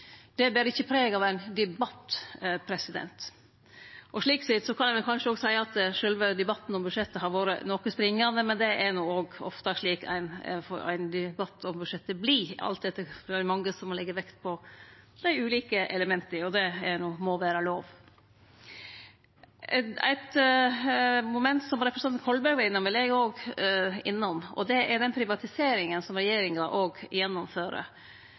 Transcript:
Det ber ikkje preg av ein debatt. Slik sett kan ein kanskje òg seie at sjølve debatten om budsjettet har vore noko springande, men det er no òg ofte slik ein debatt om budsjettet vert, alt etter kor mange som legg vekt på dei ulike elementa, og det må vere lov. Eit moment som representanten Kolberg var innom, vil eg òg innom, og det er den privatiseringa som regjeringa gjennomfører.